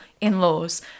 in-laws